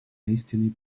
hastily